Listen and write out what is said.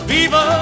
Viva